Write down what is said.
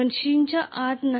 मशीनच्या आत नाही